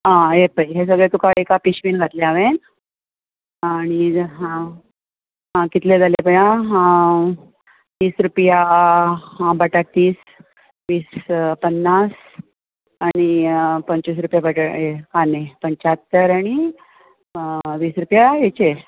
हा येता हें सगळें तुका एका पिशवेन घातलें हांवेन आनी हा आ कितले जाले पळय आ वीस रुपया बटाट तीस वीस पन्नास आनी पंचवीस रुपया बटा हे काने पंच्यात्तर आनी वीस रुपया हेचे